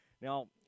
now